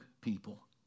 people